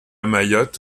mayotte